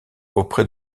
auprès